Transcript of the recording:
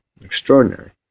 Extraordinary